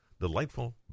delightful